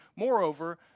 Moreover